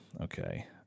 Okay